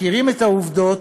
מכירים את העובדות,